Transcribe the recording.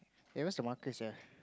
hey where's the markers here